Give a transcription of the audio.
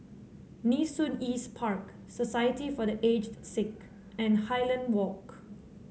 Nee Soon East Park Society for The Aged Sick and Highland Walk